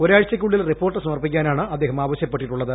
ഒരാഴ്ചയ്ക്കുള്ളിൽ റിപ്പോർട്ട് സമർപ്പിക്കാനാണ് അദ്ദേഹം ആവശ്യപ്പെട്ടിട്ടുള്ളത്